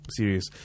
serious